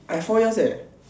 I four years eh